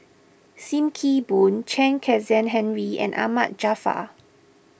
Sim Kee Boon Chen Kezhan Henri and Ahmad Jaafar